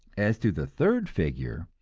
as to the third figure,